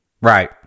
Right